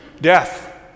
death